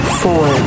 four